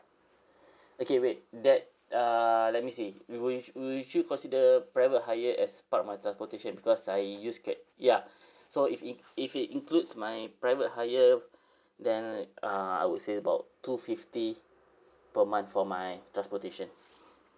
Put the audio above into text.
okay wait that uh let me see wou~ would you consider private hire as part of my transportation because I use grab ya so if it if it includes my private hire then uh I would say about two fifty per month for my transportation